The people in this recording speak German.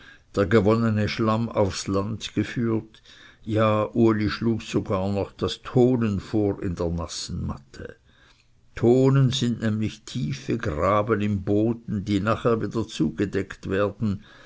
der gewonnene schlamm aufs land geführt ja uli schlug sogar noch das tonen vor in der nassen matte tonen sind nämlich tiefe graben im boden die nachher wieder zugedeckt werden